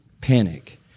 panic